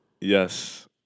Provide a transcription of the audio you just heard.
Yes